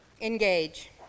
Engage